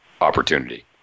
opportunity